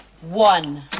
one